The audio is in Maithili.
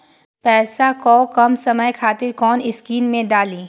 पैसा कै कम समय खातिर कुन स्कीम मैं डाली?